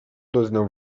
doznał